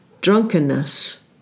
drunkenness